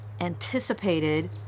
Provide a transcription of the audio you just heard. anticipated